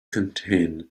contain